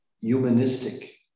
humanistic